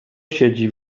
siedzi